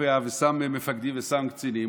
קובע ושם מפקדים ושם קצינים,